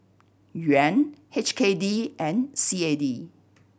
Yuan H K D and C A D